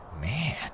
Man